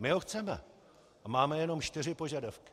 My ho chceme a máme jenom čtyři požadavky.